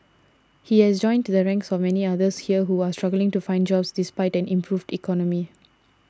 he has joined the ranks of the many others here who are struggling to find jobs despite an improved economy